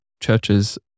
churches